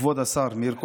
כבוד השר מאיר כהן.